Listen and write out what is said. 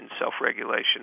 self-regulation